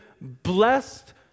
blessed